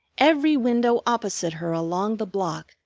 every window opposite her along the block,